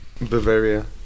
Bavaria